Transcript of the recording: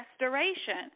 restoration